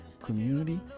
community